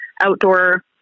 outdoor